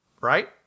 right